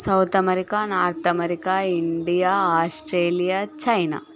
south America North America India Australia China